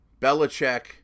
Belichick